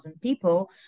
people